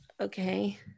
okay